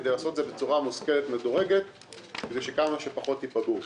כדי לעשות את זה בצורה מושכלת ומדורגת כדי שכמה שפחות ייפגעו.